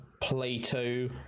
Plato